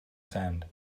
sand